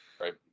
Right